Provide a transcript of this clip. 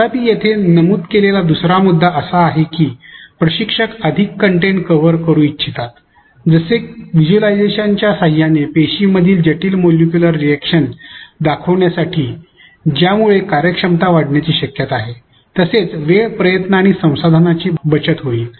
तथापि येथे नमूद केलेला दुसरा मुद्दा असा आहे की प्रशिक्षक अधिक कंटेंट कव्हर करू इच्छित आहेत जसे व्हिज्युअलायझेशनच्या सहाय्याने पेशींमधील जटिल मोल्युक्युलर रिएक्शन दर्शविण्यासाठी ज्यामुळे कार्यक्षमता वाढविण्याची शक्यता आहे तसेच वेळ प्रयत्न आणि संसाधनाची बचत होईल